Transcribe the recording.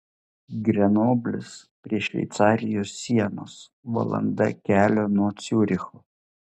grenoblis prie šveicarijos sienos valanda kelio nuo ciuricho